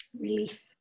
relief